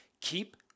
Keep